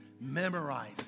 Memorize